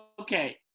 Okay